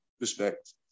respect